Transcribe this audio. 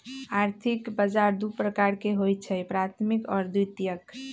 आर्थिक बजार दू प्रकार के होइ छइ प्राथमिक आऽ द्वितीयक